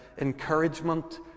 encouragement